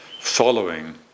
following